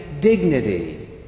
dignity